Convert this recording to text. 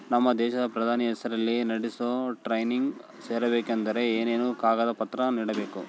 ನಮ್ಮ ದೇಶದ ಪ್ರಧಾನಿ ಹೆಸರಲ್ಲಿ ನಡೆಸೋ ಟ್ರೈನಿಂಗ್ ಸೇರಬೇಕಂದರೆ ಏನೇನು ಕಾಗದ ಪತ್ರ ನೇಡಬೇಕ್ರಿ?